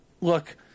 Look